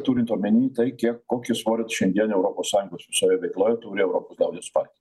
turint omeny tai kiek kokį svorį šiandien europos sąjungos visoje veikloj turi liaudies partija